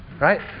Right